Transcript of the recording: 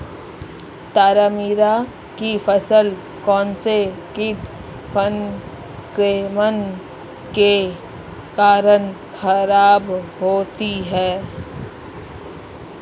तारामीरा की फसल कौनसे कीट संक्रमण के कारण खराब होती है?